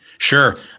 Sure